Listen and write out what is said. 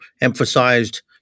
emphasized